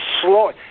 slow